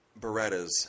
Berettas